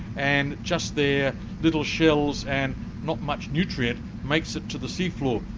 and just their little shells and not much nutrient makes it to the sea floor.